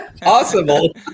Possible